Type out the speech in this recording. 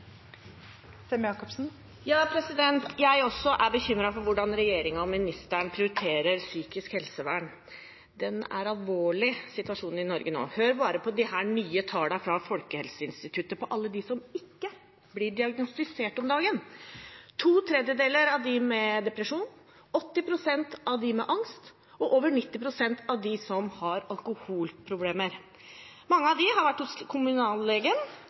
også bekymret for hvordan regjeringen og ministeren prioriterer psykisk helsevern. Den er alvorlig, situasjonen i Norge nå. Hør bare på disse nye tallene fra Folkehelseinstituttet over alle de som ikke blir diagnostisert om dagen: to tredjedeler av de med depresjon, 80 pst. av de med angst og over 90 pst. av dem som har alkoholproblemer. Mange av dem har vært hos